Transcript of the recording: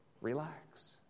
relax